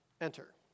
enter